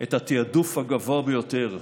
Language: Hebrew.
את התעדוף הגבוה ביותר.